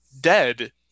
dead